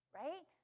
right